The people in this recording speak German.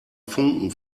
funken